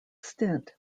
stint